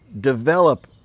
develop